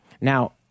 Now